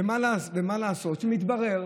ומה לעשות, מתברר